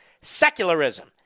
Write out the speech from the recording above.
secularism